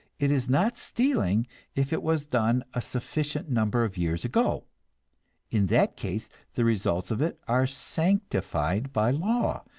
it is not stealing if it was done a sufficient number of years ago in that case the results of it are sanctified by law,